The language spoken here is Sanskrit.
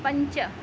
पञ्च